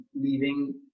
leaving